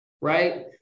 right